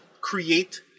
create